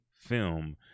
film